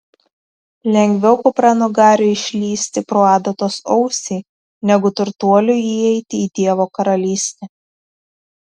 lengviau kupranugariui išlįsti pro adatos ausį negu turtuoliui įeiti į dievo karalystę